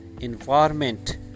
environment